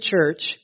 church